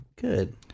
good